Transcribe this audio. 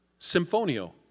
symphonio